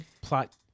plot